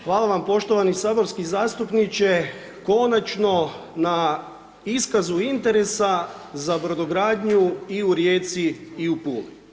Hvala vam poštovani saborski zastupniče, konačno na iskazu interesa za Brodogradnju i u Rijeci i u Puli.